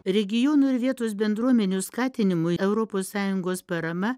regionų ir vietos bendruomenių skatinimui europos sąjungos parama